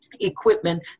equipment